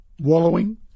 wallowing